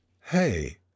Hey